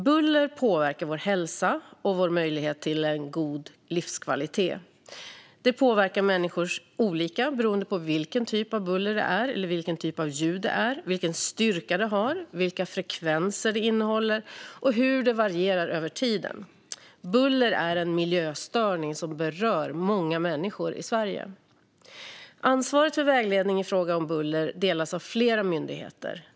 Buller påverkar vår hälsa och vår möjlighet till en god livskvalitet. Det påverkar människor olika beroende på vilken typ av buller eller ljud det är, vilken styrka det har, vilka frekvenser det innehåller och hur det varierar över tiden. Buller är en miljöstörning som berör många människor i Sverige. Ansvaret för vägledning i fråga om buller delas av flera myndigheter.